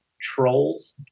Trolls